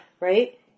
Right